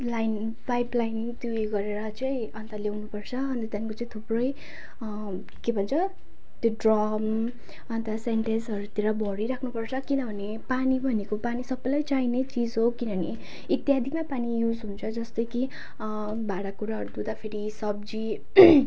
line pipe line त्योहरू गरेर चाहिँ अन्त ल्याउनु पर्छ अनि त्यहाँको थुप्रै के भन्छ त्यो ड्रम अन्त सिन्टेक्सहरूतिर भरिराख्नु पर्छ किनभने पानी भनेको पानी सबैलाई चाहिने चिज हो किनभने इत्यादिमा पानी युज हुन्छ जस्तै कि भाँडा कुँडाहरू धुँदा फेरि सब्जी